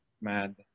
mad